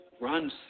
runs